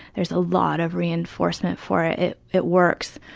there's a lot of reinforcement for it. it works.